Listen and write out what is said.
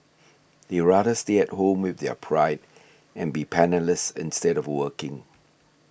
they rather stay at home with their pride and be penniless instead of working